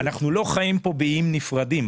אנחנו לא חיים פה באיים נפרדים,